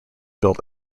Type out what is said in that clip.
built